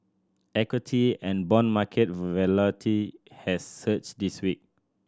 equity and bond market has surged this week